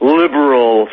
liberal